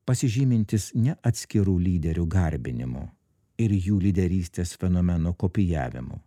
pasižymintis ne atskirų lyderių garbinimu ir jų lyderystės fenomeno kopijavimu